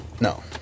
no